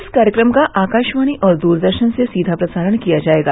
इस कार्यक्रम का आकाशवाणी और दूरदर्शन से सीधा प्रसारण किया जाएगा